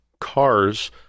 cars